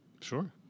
Sure